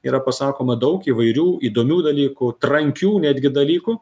yra pasakoma daug įvairių įdomių dalykų trankių netgi dalykų